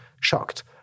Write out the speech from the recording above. shocked